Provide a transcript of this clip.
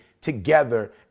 together